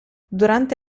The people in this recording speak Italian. durante